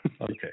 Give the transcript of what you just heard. Okay